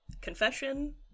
Confession